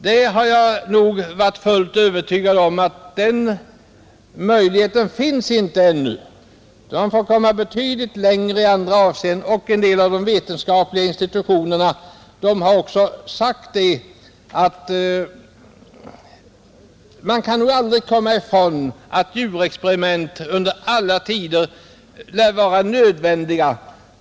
Jag är medveten om att denna möjlighet ännu inte finns, Man måste först komma betydligt längre i många avseenden. En del av de vetenskapliga institutionerna har också sagt att djurexperiment nog alltid kommer att vara nödvändiga.